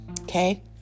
Okay